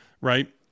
right